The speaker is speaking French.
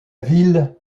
ville